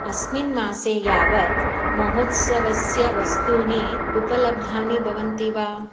अस्मिन् मासे यावत् महोत्सवस्य वस्तूनि उपलब्धानि भवन्ति वा